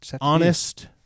honest